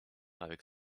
avec